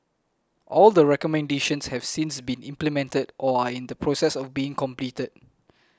all the recommendations have since been implemented or are in the process of being completed